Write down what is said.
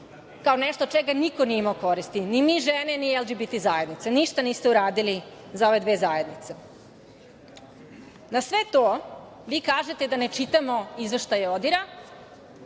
kao nešto od čega niko nije imao koristi, ni mi žene, ni LGBT zajednica. Ništa niste uradili za ove dve zajednice. Na sve to vi kažete da ne čitamo izveštaje ODIR-a,